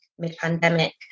mid-pandemic